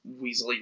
weaselly